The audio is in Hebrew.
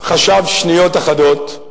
חשב שניות אחדות,